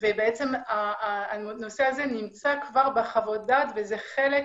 ובעצם הנושא הזה נמצא כבר בחוות דעת וזה חלק